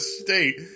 state